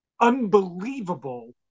unbelievable